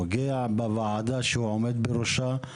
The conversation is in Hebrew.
פוגע בוועדה שהוא עומד בראשה,